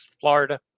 Florida